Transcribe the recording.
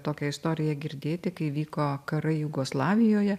tokią istoriją girdėti kai vyko karai jugoslavijoje